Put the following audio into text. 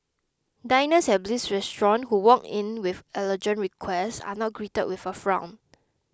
diners at Bliss Restaurant who walk in with allergen requests are not greeted with a frown